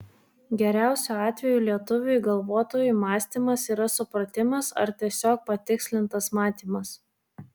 geriausiu atveju lietuviui galvotojui mąstymas yra supratimas ar tiesiog patikslintas matymas